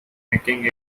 making